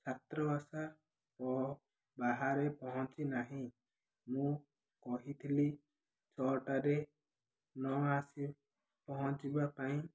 ଛାତ୍ରବାସ ବାହାରେ ପହଞ୍ଚି ନାହିଁ ମୁଁ କହିଥିଲି ଛଅଟାରେ ନଆସି ପହଞ୍ଚିବା ପାଇଁ